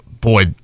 boy